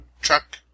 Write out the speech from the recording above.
truck